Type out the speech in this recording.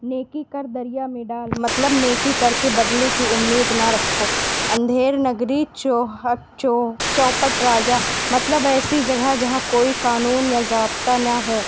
نیکی کر دریا میں ڈال مطلب نیکی کر کے بدلے کی امید نہ رکھو اندھیر نگری چوپٹ چوپٹ راجا مطلب ایسی جگہ جہاں کوئی قانون یا ضابطہ نہ ہو